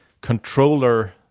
controller